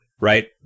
right